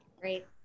Great